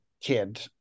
kid